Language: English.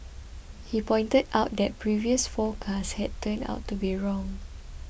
he pointed out that previous forecasts had turned out to be wrong